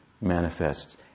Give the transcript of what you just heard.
manifests